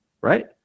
right